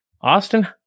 Austin